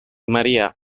maria